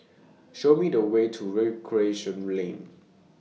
Show Me The Way to Recreation Lane